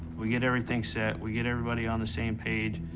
we get everything set, we get everybody on the same page,